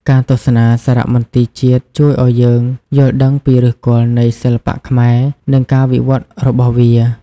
ការទស្សនាសារមន្ទីរជាតិជួយឲ្យយើងយល់ដឹងពីឫសគល់នៃសិល្បៈខ្មែរ និងការវិវត្តន៍របស់វា។